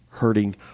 hurting